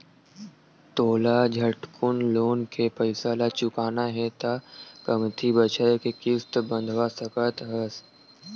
तोला झटकुन लोन के पइसा ल चुकाना हे त कमती बछर के किस्त बंधवा सकस हस